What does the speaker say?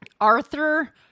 Arthur